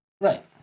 Right